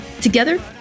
Together